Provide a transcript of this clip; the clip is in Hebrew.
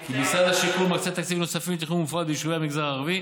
כי משרד השיכון מקצה תקציבים נוספים לתכנון מפורט ביישובי המגזר הערבי,